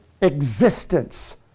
existence